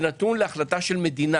זה נתון להחלטה של מדינה.